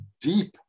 deep